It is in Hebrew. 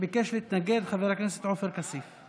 ביקש להתנגד, חבר הכנסת עופר כסיף.